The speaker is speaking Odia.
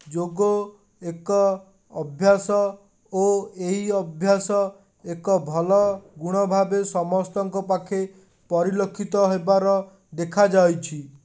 ଯୋଗ ଏକ ଅଭ୍ୟାସ ଓ ଏହି ଅଭ୍ୟାସ ଏକ ଭଲ ଗୁଣ ଭାବେ ସମସ୍ତଙ୍କ ପାଖେ ପରିଲକ୍ଷିତ ହେବାର ଦେଖାଯାଇଛି